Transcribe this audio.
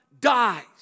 dies